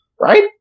Right